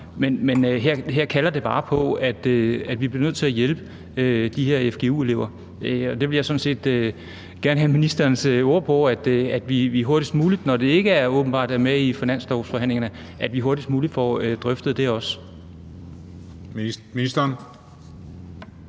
men her kalder det bare på, at vi bliver nødt til at hjælpe de her fgu-elever. Og det vil jeg sådan set gerne have ministerens ord på, altså at vi hurtigst muligt, når det åbenbart ikke er med i finanslovsforhandlingerne, får drøftet det også. Kl.